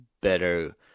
better